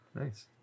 nice